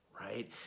right